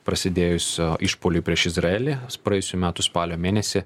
prasidėjusio išpuoliui prieš izraelį praėjusių metų spalio mėnesį